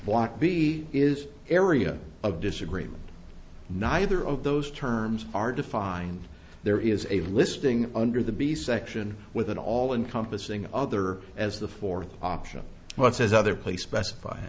block b is area of disagreement neither of those terms are defined there is a listing under the b section with an all encompassing other as the fourth option but says other place specif